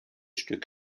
stück